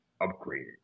upgraded